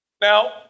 Now